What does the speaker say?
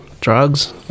drugs